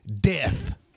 Death